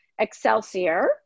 Excelsior